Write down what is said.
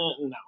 No